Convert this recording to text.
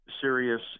serious